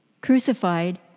crucified